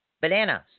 bananas